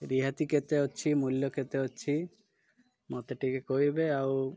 ରିହାତି କେତେ ଅଛି ମୂଲ୍ୟ କେତେ ଅଛି ମୋତେ ଟିକେ କହିବେ ଆଉ